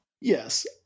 yes